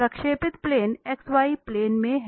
प्रक्षेपित plane xy plane में है